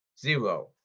zero